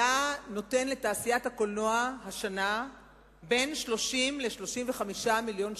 היה נותן לתעשיית הקולנוע השנה בין 30 ל-35 מיליון שקלים.